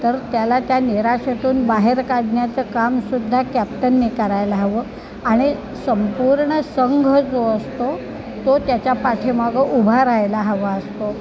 तर त्याला त्या निराशेतून बाहेर काढण्याचं काम सुद्धा कॅप्टन निघायला हवं आणि संपूर्ण संघ जो असतो तो त्याच्या पाठीमागं उभा राहायला हवा असतो